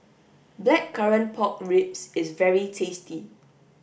blackcurrant pork ribs is very tasty